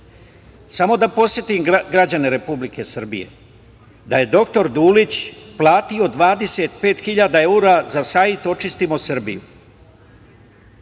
Samo da podsetim građane Republike Srbije da je dr Dulić platio 25.000 evra za sajt „Očistimo Srbiju“.